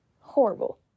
Horrible